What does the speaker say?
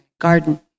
garden